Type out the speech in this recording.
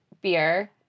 beer